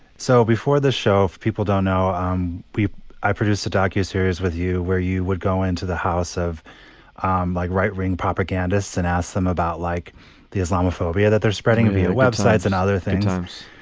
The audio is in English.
so before the show, if people don't know um we i produced a docu series with you where you would go into the house of um like right wing propagandists and ask them about like the islamophobia that they're spreading of a a web sites and other times.